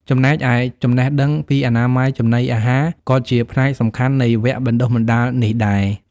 ចំណែកឯចំណេះដឹងពីអនាម័យចំណីអាហារក៏ជាផ្នែកសំខាន់នៃវគ្គបណ្ដុះបណ្ដាលនេះដែរ។